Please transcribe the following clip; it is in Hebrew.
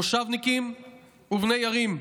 מושבניקים ובני ערים,